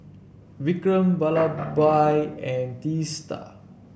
Vikram Vallabhbhai and Teesta